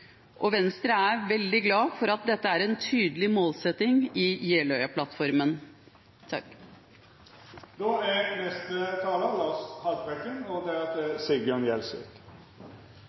fellesskapet. Venstre er veldig glad for at dette er en tydelig målsetting i